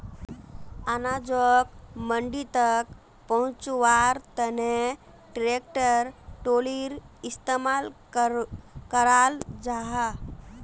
अनाजोक मंडी तक पहुन्च्वार तने ट्रेक्टर ट्रालिर इस्तेमाल कराल जाहा